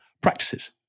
practices